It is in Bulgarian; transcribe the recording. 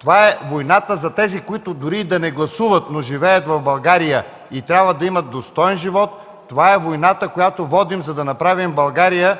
Това е войната за тези, които дори и да не гласуват, но живеят в България , трябва да имат достоен живот. Това е войната, която водим, за да направим България